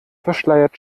verschleiert